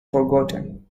forgotten